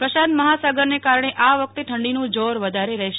પ્રશાંત મહાસાગરને કારણે આ વખતે ઠંડીનું જોર વધારે રહેશે